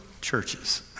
churches